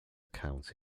account